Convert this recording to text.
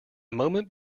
moment